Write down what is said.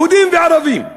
יהודים וערבים.